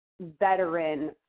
veteran